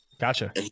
Gotcha